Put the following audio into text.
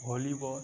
volleyball